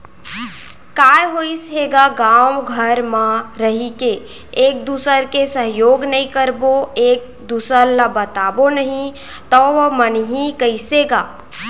काय होइस हे गा गाँव घर म रहिके एक दूसर के सहयोग नइ करबो एक दूसर ल बताबो नही तव बनही कइसे गा